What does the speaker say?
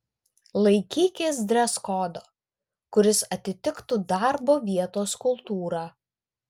laikykis dreskodo kuris atitiktų darbo vietos kultūrą